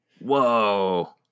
Whoa